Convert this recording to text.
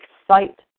excite